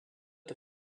the